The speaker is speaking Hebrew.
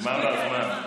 נישקו את האדמה.